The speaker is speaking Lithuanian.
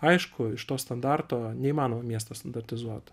aišku iš to standarto neįmanoma miestą standartizuot